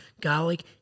garlic